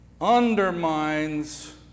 undermines